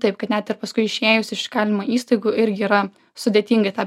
taip kad net ir paskui išėjus iš įkalinimo įstaigų irgi yra sudėtinga į tą